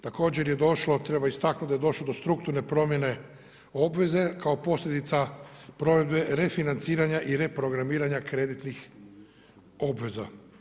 Također je došlo, treba istaknuti, da je došlo do strukturne promjene obveze, kao posljedica provedbe refinanciranja i reprogramiranja kreditnih obveza.